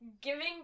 giving